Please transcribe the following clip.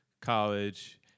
College